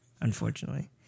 Unfortunately